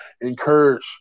encourage